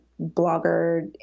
blogger